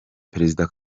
perezida